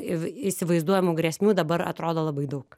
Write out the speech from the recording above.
įv įsivaizduojamų grėsmių dabar atrodo labai daug